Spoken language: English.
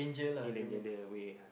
in the gender away